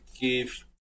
give